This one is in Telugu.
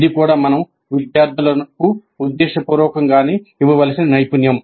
ఇది కూడా మనం విద్యార్థులకు ఉద్దేశపూర్వకంగానే ఇవ్వవలసిన నైపుణ్యం